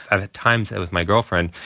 i've had times with my girlfriend,